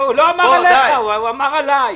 הוא לא אמר עליך, הוא אמר עליי.